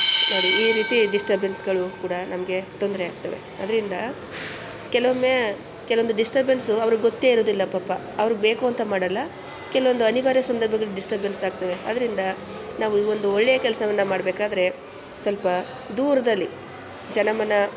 ಈ ರೀತಿ ಡಿಸ್ಟರ್ಬೆನ್ಸ್ಗಳು ಕೂಡ ನಮಗೆ ತೊಂದರೆ ಆಗ್ತವೆ ಅದರಿಂದ ಕೆಲವೊಮ್ಮೆ ಕೆಲವೊಂದು ಡಿಸ್ಟರ್ಬೆನ್ಸು ಅವ್ರಿಗೆ ಗೊತ್ತೇ ಇರೋದಿಲ್ಲ ಪಾಪ ಅವರು ಬೇಕು ಅಂತ ಮಾಡೋಲ್ಲ ಕೆಲವೊಂದು ಅನಿವಾರ್ಯ ಸಂದರ್ಭಗಳಲ್ಲಿ ಡಿಸ್ಟರ್ಬೆನ್ಸ್ ಆಗ್ತವೆ ಅದರಿಂದ ನಾವು ಒಂದು ಒಳ್ಳೆಯ ಕೆಲಸವನ್ನು ಮಾಡಬೇಕಾದ್ರೆ ಸ್ವಲ್ಪ ದೂರದಲ್ಲಿ ಜನಮನ